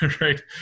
Right